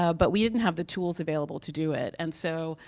ah but we didn't have the tools available to do it. and so,